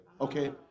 Okay